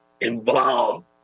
involved